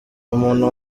umuntu